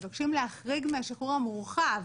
מבקשים להחריג מהשחרור המורחב,